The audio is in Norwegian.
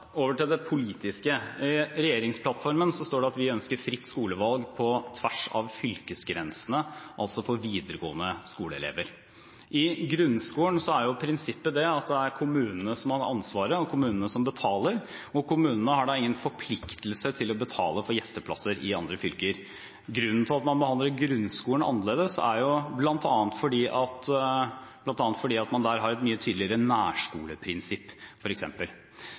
over til det politiske. I regjeringsplattformen står det at vi ønsker fritt skolevalg på tvers av fylkesgrensene, men altså for elever i videregående skole. I grunnskolen er prinsippet at det er kommunene som har ansvaret og kommunene som betaler, og kommunene har ingen forpliktelse til å betale for gjesteplasser i andre fylker. Grunnen til at man behandler grunnskolen annerledes er bl.a. at man der har et mye tydeligere nærskoleprinsipp.